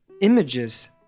images